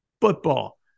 football